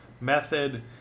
method